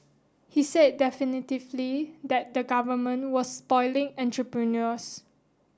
he said definitively that the government was spoiling entrepreneurs